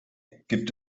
gibt